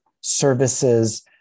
services